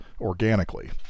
organically